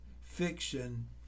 fiction